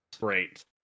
Great